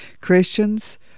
Christians